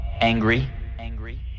Angry